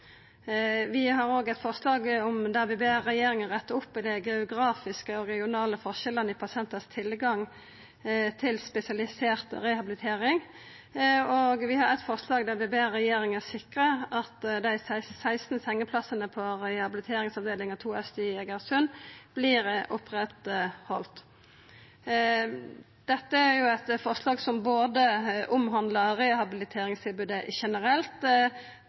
Vi er òg med på eit forslag om å be regjeringa retta opp i dei geografiske og regionale forskjellane i pasientane sin tilgang til spesialisert rehabilitering, og eit forslag om å be regjeringa sikra at dei 16 sengeplassane på rehabiliteringsavdeling 2 Øst i Egersund vert haldne oppe. Dette er eit forslag som både omhandlar rehabiliteringstilbodet generelt,